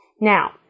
Now